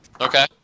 Okay